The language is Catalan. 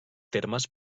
termes